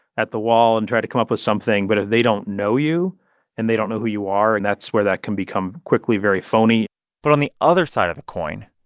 at the wall and try to come up with something. but if they don't know you and they don't know who you are, and that's where that can become quickly very phony but on the other side of the coin,